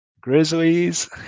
Grizzlies